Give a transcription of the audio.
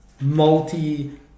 multi